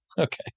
Okay